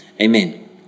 Amen